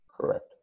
correct